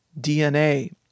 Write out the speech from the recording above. DNA